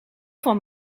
van